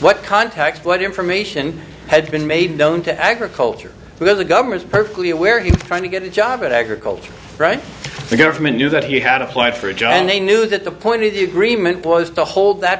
what contacts what information had been made known to agriculture because the governor is perfectly aware he was trying to get a job at agriculture right the government knew that he had applied for a job and they knew that the point of the agreement was to hold that